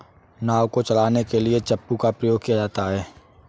नाव को चलाने के लिए चप्पू का प्रयोग किया जाता है